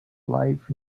life